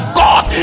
god